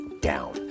down